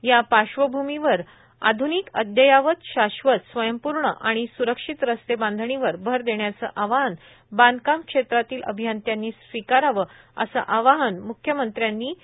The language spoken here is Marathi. या पार्श्वभूमीवर आध्निक अद्ययावत शाश्वत स्वयंपूर्ण आणि स्रक्षित रस्ते बांधणीवर भर देण्याच आव्हान बांधकाम क्षेत्रातील अभियंत्यांनी स्विकाराव असे आवाहन मृख्यमंत्री देवेंद्र फडणवीस यांनी आज केले